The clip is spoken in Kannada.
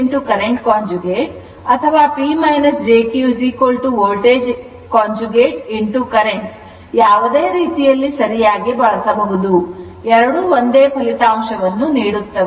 P jQ voltage current conjugate ಅಥವಾ P jQ voltage conjugate current ಯಾವುದೇ ರೀತಿಯಲ್ಲಿ ಸರಿಯಾಗಿ ಬಳಸಬಹುದು ಎರಡು ಒಂದೇ ಫಲಿತಾಂಶವನ್ನು ನೀಡುತ್ತವೆ